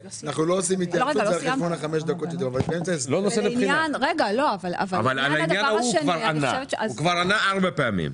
על העניין השני הוא ענה כבר ארבע פעמים.